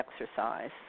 exercise